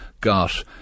got